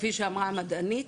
כפי שאמרה המדענית.